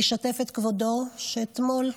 אשתף את כבודו שאתמול,